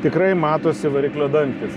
tikrai matosi variklio dangtis